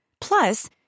Plus